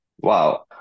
wow